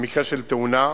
במקרה של תאונה,